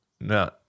no